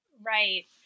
Right